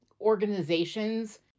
organizations